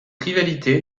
rivalité